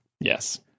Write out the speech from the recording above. Yes